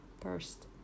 first